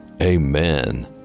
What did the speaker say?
amen